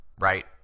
right